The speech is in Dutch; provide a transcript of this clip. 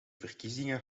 verkiezingen